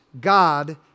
God